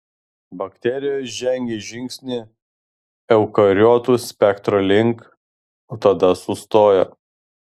bakterijos žengė žingsnį eukariotų spektro link o tada sustojo